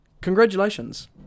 Congratulations